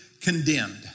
condemned